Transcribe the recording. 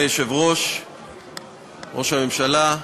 התשע"ו 2016,